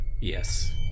Yes